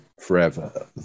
forever